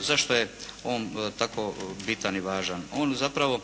Zašto je on tako bitan i važan. On zapravo